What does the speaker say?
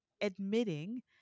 admitting